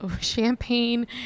champagne